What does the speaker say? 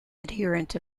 adherent